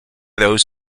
those